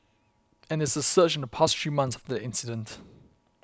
and there's a surge in the past three months after the incident